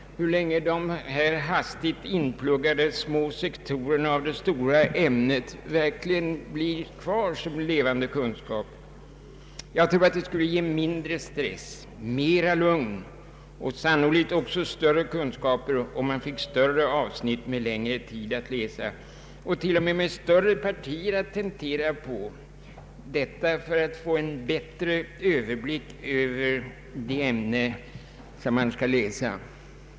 Hur länge blir de här hastigt inpluggade små sektorerna av det stora ämnet verkligen kvar som en levande kunskap? Jag tror att man skulle få mindre stress, mera lugn och sannolikt också större kunskaper om man fick större avsnitt med längre tid att läsa och t.o.m. större partier att tentera på, detta för att få en bättre överblick över det ämne man skall läsa.